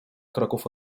kroków